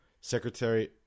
secretary